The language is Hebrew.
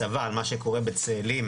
עם הצבא, מה שקורה בצאלים.